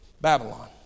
Babylon